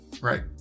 Right